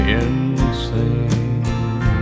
insane